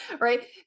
Right